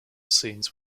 scenes